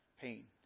pain